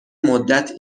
مدت